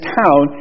town